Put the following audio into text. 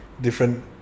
different